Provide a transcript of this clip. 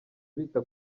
bita